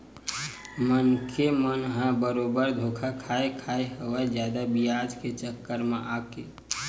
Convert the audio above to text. मनखे मन ह बरोबर धोखा खाय खाय हवय जादा बियाज के चक्कर म आके